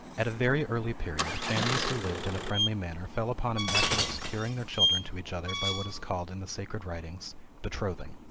at a very early period, families who lived in a friendly manner, fell upon a method of securing their children to each other by what is called in the sacred sacred writings betrothing.